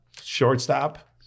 shortstop